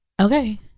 Okay